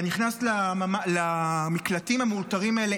אתה נכנס למקלטים המאולתרים האלה,